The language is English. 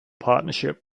partnership